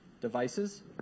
devices